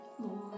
Lord